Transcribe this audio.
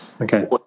okay